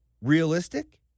realistic